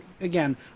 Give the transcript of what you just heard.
again